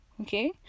okay